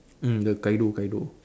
mm the Kaido Kaido